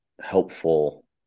helpful